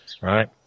right